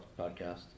podcast